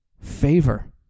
favor